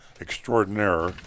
extraordinaire